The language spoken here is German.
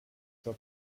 zur